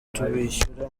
tubishyura